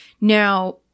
Now